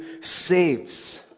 saves